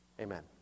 Amen